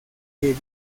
que